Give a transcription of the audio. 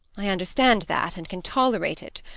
i understand that, and can tolerate it,